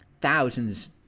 thousands